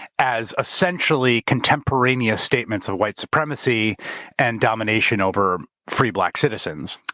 as essentially contemporaneous statements of white supremacy and domination over free black citizens.